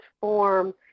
form